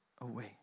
away